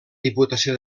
diputació